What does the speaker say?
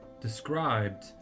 Described